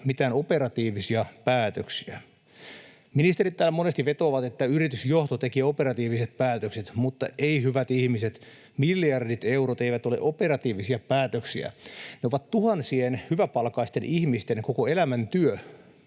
mitään operatiivisia päätöksiä. Ministerit täällä monesti vetoavat, että yritysjohto teki operatiiviset päätökset, mutta ei, hyvät ihmiset, miljardit eurot eivät ole operatiivisia päätöksiä, ne ovat tuhansien hyväpalkkaisten ihmisten koko elämän työ,